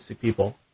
people